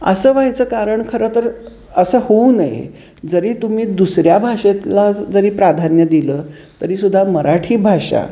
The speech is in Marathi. असं व्हायचं कारण खरं तर असं होऊ नये जरी तुम्ही दुसऱ्या भाषेतला जरी प्राधान्य दिलं तरीसुद्धा मराठी भाषा